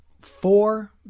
Four